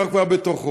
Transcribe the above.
שאנחנו כבר בתוכו.